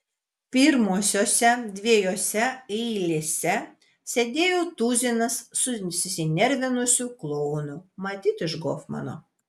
pirmosiose dviejose eilėse sėdėjo tuzinas susinervinusių klounų matyt iš gofmano